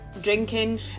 drinking